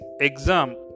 exam